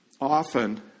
Often